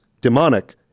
demonic